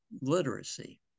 literacy